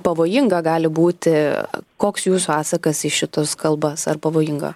pavojinga gali būti koks jūsų atsakas į šitus kalbas ar pavojinga